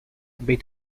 bit